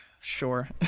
sure